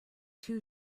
two